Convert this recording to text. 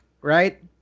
right